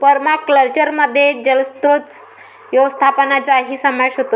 पर्माकल्चरमध्ये जलस्रोत व्यवस्थापनाचाही समावेश होतो